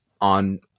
on